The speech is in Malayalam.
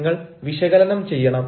നിങ്ങൾ വിശകലനം ചെയ്യണം